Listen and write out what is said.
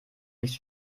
nicht